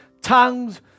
tongues